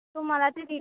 तुम्हाला ते की